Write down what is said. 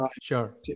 sure